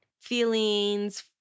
feelings